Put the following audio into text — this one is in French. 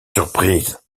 surprise